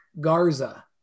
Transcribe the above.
Garza